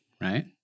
right